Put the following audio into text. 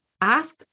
ask